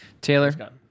Taylor